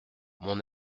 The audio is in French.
mon